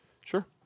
Sure